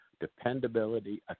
dependability